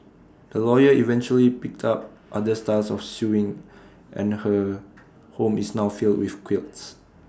the lawyer eventually picked up other styles of sewing and her home is now filled with quilts